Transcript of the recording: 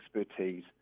expertise